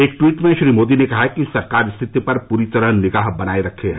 एक ट्वीट में श्री मोदी ने कहा कि सरकार स्थिति पर पूरी तरह निगाह रखे हुए है